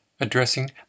addressing